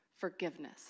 Forgiveness